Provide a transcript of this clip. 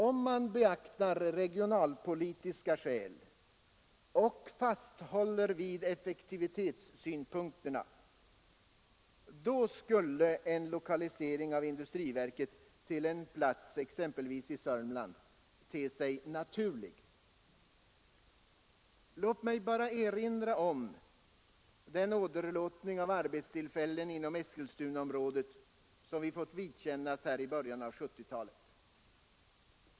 ; Om man beaktar regionalpolitiska skäl och håller fast vid effektivitetssynpunkterna skulle en lokalisering av industriverket till en plats i Södermanland te sig naturlig. Låt mig bara erinra om den åderlåtning av arbetstillfällen inom Eskilstunaområdet som vi fick vidkännas i början av 1970-talet.